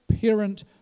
parent